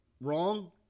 wrong